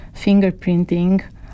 fingerprinting